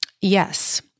yes